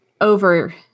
over